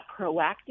proactive